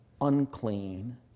unclean